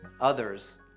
others